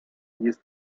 jest